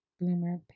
boomer